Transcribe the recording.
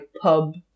pub